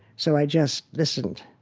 so i just listened,